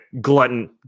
glutton